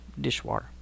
dishwater